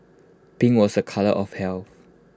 pink was A colour of health